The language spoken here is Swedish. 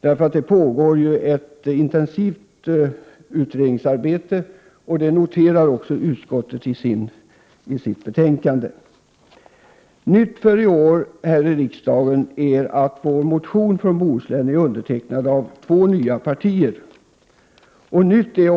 Det pågår ett intensivt utredningsarbete på båda sidor om gränsen, som utskottet noterar i sitt betänkande. Nytt för i år här i riksdagen är att vår motion från Bohuslän är undertecknad av två ytterligare partier.